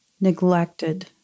neglected